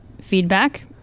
feedback